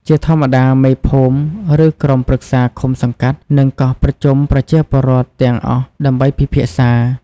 ជាធម្មតា មេភូមិ ឬក្រុមប្រឹក្សាឃុំសង្កាត់ នឹងកោះប្រជុំប្រជាពលរដ្ឋទាំងអស់ដើម្បីពិភាក្សា។